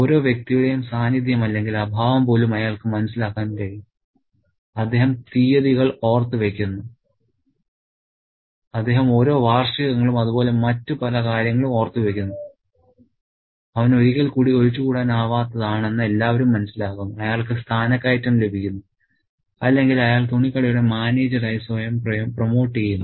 ഓരോ വ്യക്തിയുടെയും സാന്നിധ്യം അല്ലെങ്കിൽ അഭാവം പോലും അയാൾക്ക് മനസ്സിലാക്കാൻ കഴിയും അദ്ദേഹം തീയതികൾ ഓർത്ത് വയ്ക്കുന്നു അദ്ദേഹം ഓരോ വാർഷികങ്ങളും അതുപോലെ മറ്റ് പല കാര്യങ്ങളും ഓർത്ത് വയ്ക്കുന്നു അവൻ ഒരിക്കൽക്കൂടി ഒഴിച്ചുകൂടാനാവാത്തവനാണെന്ന് എല്ലാവരും മനസ്സിലാക്കുന്നു അയാൾക്ക് സ്ഥാനക്കയറ്റം ലഭിക്കുന്നു അല്ലെങ്കിൽ അയാൾ തുണിക്കടയുടെ മാനേജരായി സ്വയം പ്രൊമോട്ട് ചെയ്യുന്നു